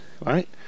right